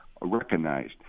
recognized